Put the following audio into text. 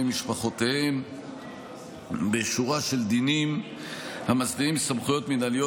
משפחותיהם בשורה של דינים המסדירים סמכויות מינהליות